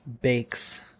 Bakes